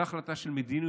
זו החלטה של מדיניות,